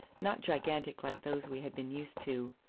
not gigantic like those we had been used to,